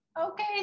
Okay